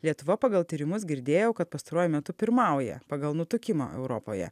lietuva pagal tyrimus girdėjau kad pastaruoju metu pirmauja pagal nutukimą europoje